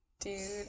Dude